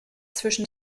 zwischen